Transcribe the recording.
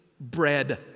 bread